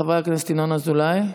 חבר הכנסת ינון אזולאי.